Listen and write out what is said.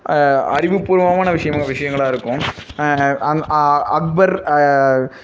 அறிவுப்பூர்வமான விஷயமா விஷயங்களா இருக்கும் அங் அக்பர்